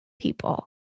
people